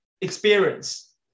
experience